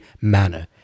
manner